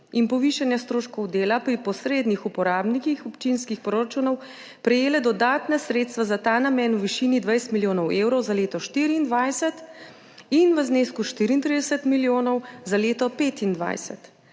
in povišanja stroškov dela pri posrednih uporabnikih občinskih proračunov prejele dodatna sredstva za ta namen v višini 20 milijonov evrov za leto 2024 in znesek 34 milijonov za leto 2025.